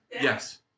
yes